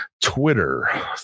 Twitter